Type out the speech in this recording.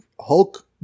Hulk